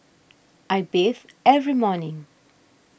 I bathe every morning